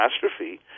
catastrophe